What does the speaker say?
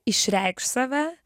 išreikšt save